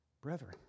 Brethren